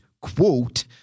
quote